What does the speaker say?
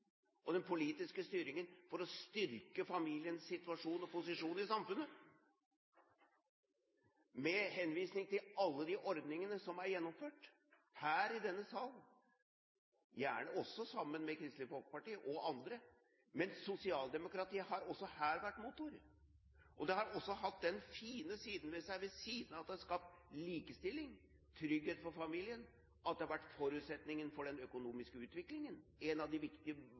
og den politiske styringen for å styrke familiens situasjon og posisjon i samfunnet – med henvisning til alle de ordningene som er gjennomført her i denne salen, gjerne også sammen med Kristelig Folkeparti og andre. Men sosialdemokratiet har også her vært motor. Og det har også hatt den fine siden ved seg – ved siden av at det har skapt likestilling, trygghet for familien – at det har vært forutsetningen for den økonomiske utviklingen, én av de viktige